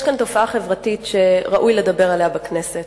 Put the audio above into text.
יש כאן תופעה חברתית שראוי לדבר עליה בכנסת.